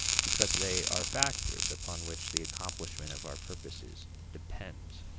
because they are factors upon which the accomplishment of our purposes depends.